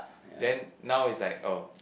then now it's like oh